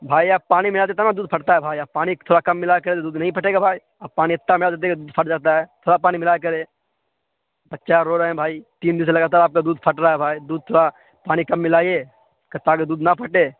بھائی آپ پانی ملاتے ہیں تب نہ دودھ پھٹتا بھائی آپ پانی تھوڑا کم ملایا کریں دودھ نہیں پھٹے گا بھائی آپ پانی اتا ملا دیتے ہیں کہ دودھ پھٹ جاتا ہے تھورا ملایا کریے بچہ رو رہے ہیں بھائی تین دن سے لگاتار آپ کا دودھ پھٹ رہا ہے بھائی دودھ تھورا پانی کم ملائیے کہ تاکہ دودھ نہ پھٹے